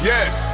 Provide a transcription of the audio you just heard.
Yes